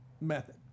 method